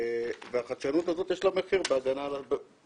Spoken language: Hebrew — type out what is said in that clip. ולחדשנות הזו יש מחיר באיומים